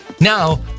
Now